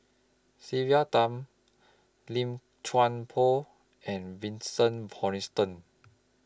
Sylvia Tan Lim Chuan Poh and Vincent Hoisington